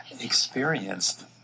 experienced